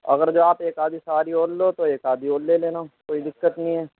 اگر جو آپ ایک آدھی سواری اور لو تو ایک آدھی اور لے لینا کوئی دِقّت نہیں ہے